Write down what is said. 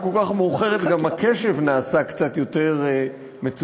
כל כך מאוחרת גם הקשב נעשה קצת יותר מצומצם,